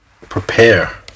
Prepare